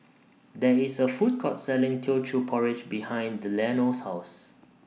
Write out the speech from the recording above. There IS A Food Court Selling Teochew Porridge behind Delano's House